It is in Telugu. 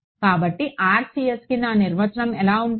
కాబట్టి RCSకి నా నిర్వచనం ఇలా ఉంటుంది